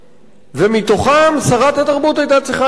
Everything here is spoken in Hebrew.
ומתוכם שרת התרבות היתה צריכה לבחור.